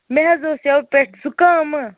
مےٚ حظ اوس یَوٕ پٮ۪ٹھ زُکامہٕ